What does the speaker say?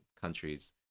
countries